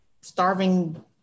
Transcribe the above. starving